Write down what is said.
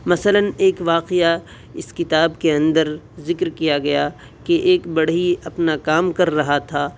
مثلاً ايک واقعہ اس كتاب كے اندر ذکر کیا گیا کہ ایک بڑھئی اپنا کام کر رہا تھا